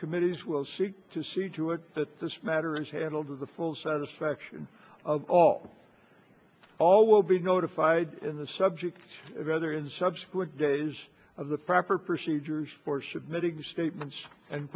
committees will seek to see to it that this matter is handled with the full satisfaction of all all will be notified in the subject rather in subsequent days of the proper procedures for submitting statements and